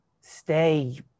stay